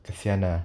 kesian ah